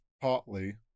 partly